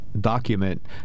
document